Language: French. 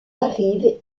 arrive